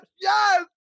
yes